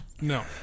No